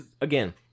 again